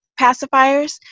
pacifiers –